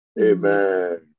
Amen